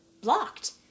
blocked